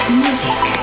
music